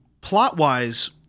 plot-wise